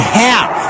half